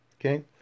Okay